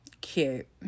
cute